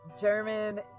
German